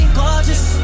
gorgeous